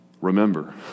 remember